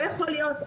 לא יכול להיות.